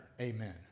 Amen